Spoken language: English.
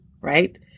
right